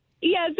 Yes